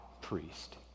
priest